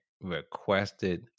requested